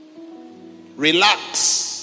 Relax